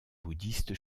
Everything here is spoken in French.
bouddhiste